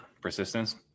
persistence